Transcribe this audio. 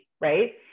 right